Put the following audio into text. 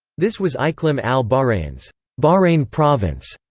this was iqlim al-bahrayn's bahrayn province.